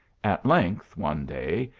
at length, one day,